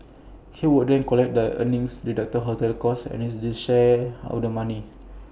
he would then collect their earnings deduct hotel costs and his share of the money